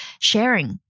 sharing